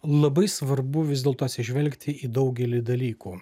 labai svarbu vis dėlto atsižvelgti į daugelį dalykų